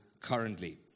currently